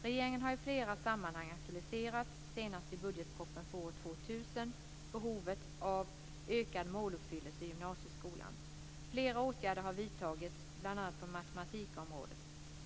Regeringen har i flera sammanhang aktualiserat, senast i budgetpropositionen för år 2000, behovet av ökad måluppfyllelse i gymnasieskolan. Flera åtgärder har vidtagits, bl.a. på matematikområdet.